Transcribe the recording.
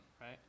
right